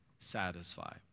satisfy